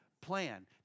plan